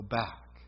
back